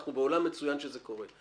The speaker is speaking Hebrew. אנחנו בעולם מצוין שזה קורה.